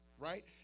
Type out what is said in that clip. Right